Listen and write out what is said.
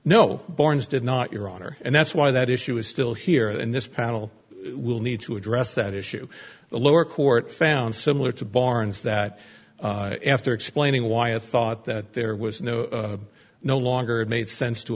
no barnes did not your honor and that's why that issue is still here and this panel will need to address that issue the lower court found similar to barnes that after explaining why i thought that there was no no longer it made sense to